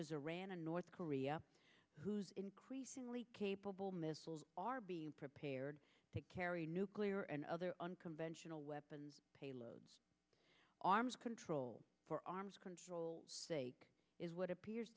iran and north korea whose increasingly capable missiles are being prepared to carry nuclear and other unconventional weapons payloads arms control for arms control is what appears